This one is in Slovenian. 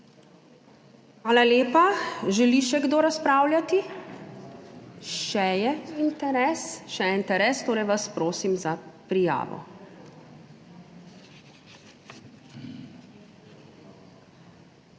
Hvala lepa. Želi še kdo razpravljati? Še je interes, torej vas prosim za prijavo.